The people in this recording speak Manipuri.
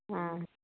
ꯎꯝ